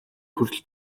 хүртэл